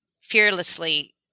fearlessly